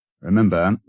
Remember